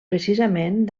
precisament